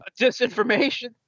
disinformation